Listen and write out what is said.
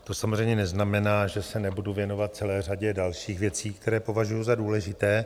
To samozřejmě neznamená, že se nebudu věnovat celé řadě dalších věcí, které považuji za důležité.